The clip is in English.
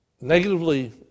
Negatively